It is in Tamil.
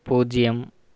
பூஜ்ஜியம்